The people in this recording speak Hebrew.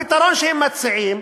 הפתרון שהם מציעים,